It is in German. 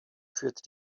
führt